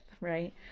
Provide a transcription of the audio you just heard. right